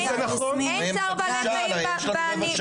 --- אין צער בעלי חיים במדע?